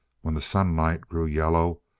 when the sunlight grew yellow,